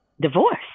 divorce